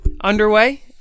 underway